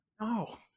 No